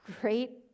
great